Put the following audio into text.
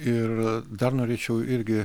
ir dar norėčiau irgi